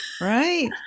right